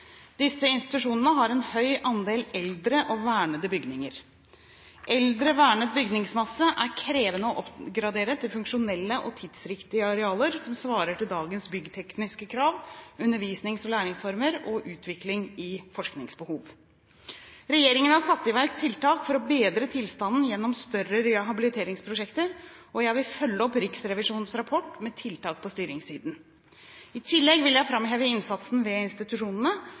Disse institusjonene har en høy andel eldre og verneverdige bygninger. Eldre vernet bygningsmasse er krevende å oppgradere til funksjonelle og tidsriktige arealer som svarer til dagens byggtekniske krav, undervisnings- og læringsformer og utvikling i forskningsbehov. Regjeringen har satt i verk tiltak for å bedre tilstanden gjennom større rehabiliteringsprosjekter, og jeg vil følge opp Riksrevisjonens rapport med tiltak på styringssiden. I tillegg vil jeg framheve innsatsen ved institusjonene,